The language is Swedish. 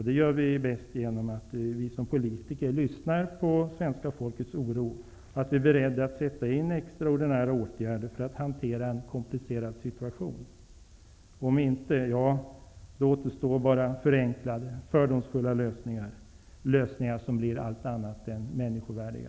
Det gör vi bäst genom att vi som politiker lyssnar till svenska folkets oro och är beredda att sätta in extraordinära åtgärder för att hantera en komplicerad situation. Om inte, ja då återstår bara förenklade och fördomsfulla lösningar -- lösningar som blir allt annat än människovärdiga.